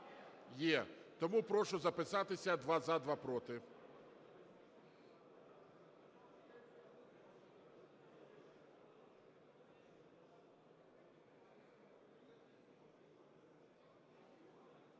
Є! Тому прошу записатися: два – за, два – проти.